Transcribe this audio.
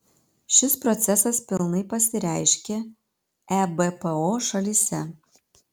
šis procesas pilnai pasireiškė ebpo šalyse